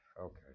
Okay